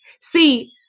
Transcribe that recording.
See